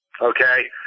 Okay